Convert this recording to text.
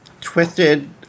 twisted